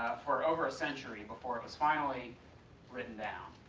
for over a century before it was finally written down.